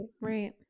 Right